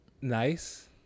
nice